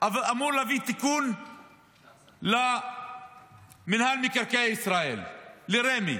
להביא תיקון לרשות מקרקעי ישראל, לרמ".